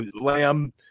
Lamb